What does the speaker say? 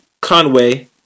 Conway